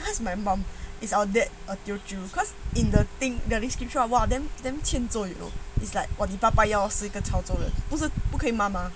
ask my mum is our dad a teochew because in the thing the description or [what] damn damn 欠揍 you know it's like 我的爸爸要是一个潮州人不是不可以妈妈